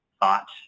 thought